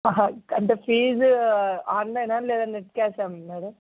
అంటే ఫీజు ఆన్లైనా లేదా నెట్ క్యాషా మేడం